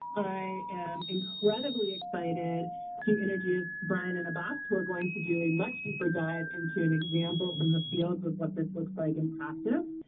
i am incredibly excited to introduce brian and abbas, who are going to do a much deeper dive into an example from the field of what this looks like in practice,